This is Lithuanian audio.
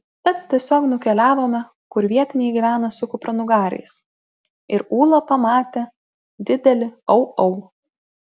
tad tiesiog nukeliavome kur vietiniai gyvena su kupranugariais ir ūla pamatė didelį au au